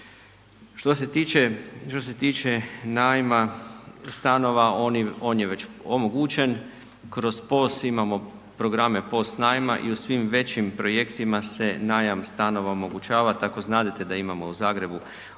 Što se tiče najma stanova, on je već omogućen, kroz POS imamo programe POS najma i u svim većim projektima se najam stanova omogućava, tako znadete da imamo u Zagrebu otvoren